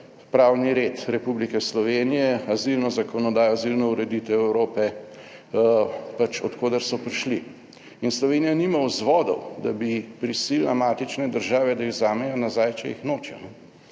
pravni red Republike Slovenije, azilno zakonodajo, azilno ureditev Evrope, pač od koder so prišli. In Slovenija nima vzvodov, da bi prisilila matične države, da jih vzamejo nazaj, če jih nočejo.